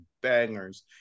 bangers